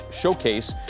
Showcase